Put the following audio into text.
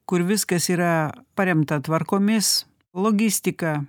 kur viskas yra paremta tvarkomis logistika